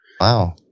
Wow